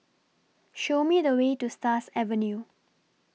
Show Me The Way to Stars Avenue